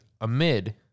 amid